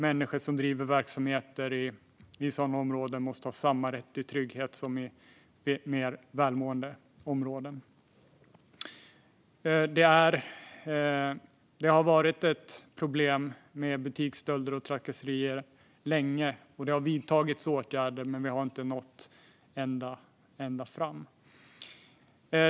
Människor som bedriver verksamheter i sådana områden måste ha samma rätt till trygghet som människor i mer välmående områden. Butiksstölder och trakasserier har länge varit ett problem. Det har vidtagits åtgärder, men vi har inte nått ända fram.